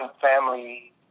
family